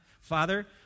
Father